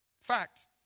Fact